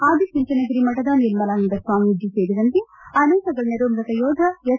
ಅದಿಚುಂಚನಗಿರಿ ಮಠದ ನಿರ್ಮಲಾನಂದನಾಥ ಸ್ವಾಮೀಜಿ ಸೇರಿದಂತೆ ಅನೇಕ ಗಣ್ಕರು ಮೃತ ಯೋಧ ಎಚ್